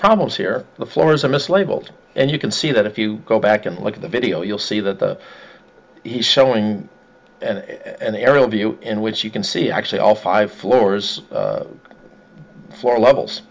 problems here the floors are mislabeled and you can see that if you go back and look at the video you'll see that he's showing an aerial view in which you can see actually all five floors floor levels